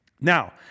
Now